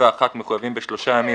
41 מחויבים בשלושה ימים,